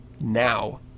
Now